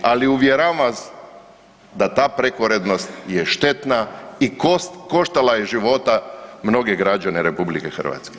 Ali uvjeravam vas da ta prekorednost je štetna i koštala je života mnoge građane RH.